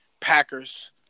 Packers